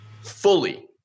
fully